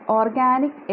organic